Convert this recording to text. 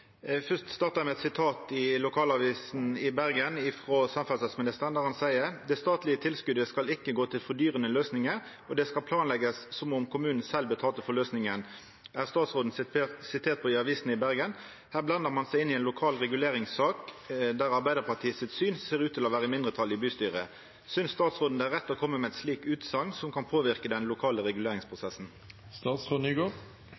med eit sitat frå samferdselsministeren i lokalavisa i Bergen, der han seier: ««- Det statlige tilskuddet skal ikke gå til fordyrende løsninger, og det skal planlegges som om kommunen selv betalte for løsningen», er statsråden sitert på i avisene i Bergen. Her blander man seg inn i en lokal reguleringssak der Arbeiderpartiets syn ser ut til å være i mindretall i bystyret. Synes statsråden det er rett å komme med et slikt utsagn som kan påvirke den lokale